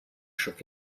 shook